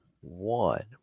one